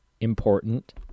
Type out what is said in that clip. important